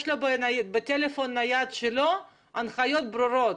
יש בטלפון הנייד שלו הנחיות ברורות,